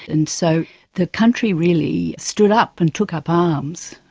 and so the country really stood up and took up arms.